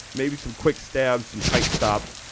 maybe some quick stabs, some tight stops,